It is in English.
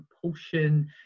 compulsion